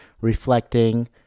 reflecting